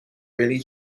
really